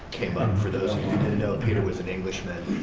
came up. for those who didn't know, peter was an englishman,